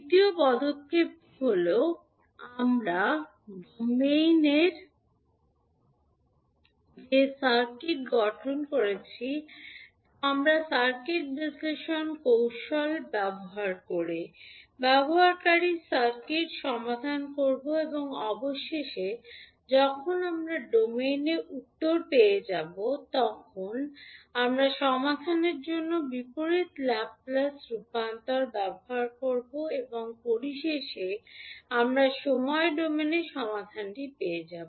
দ্বিতীয় পদক্ষেপটি হল আমরা যে ডোমেইনে যে সার্কিট গঠন করেছি তা আমরা সার্কিট বিশ্লেষণ কৌশলটি ব্যবহার করে ব্যবহারকারীর সার্কিট সমাধান করব এবং অবশেষে যখন আমরা ডোমেইনে উত্তর পেয়ে যাব তখন আমরা সমাধানের জন্য বিপরীত ল্যাপ্লেস রূপান্তর ব্যবহার করব এবং পরিশেষে আমরা সময় ডোমেনে সমাধানটি পেয়ে যাব